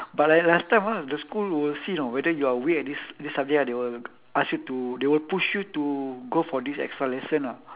but like last time ah the school will see know whether you are weak at this this subject they will ask you to they will push you to go for this extra lesson ah